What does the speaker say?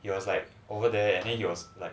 he was like over there and then he was like